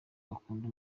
bakunda